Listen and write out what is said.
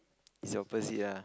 is the opposite lah